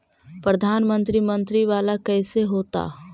प्रधानमंत्री मंत्री वाला कैसे होता?